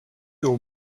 aux